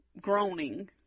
groaning